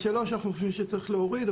אנחנו חושבים שצריך להוריד.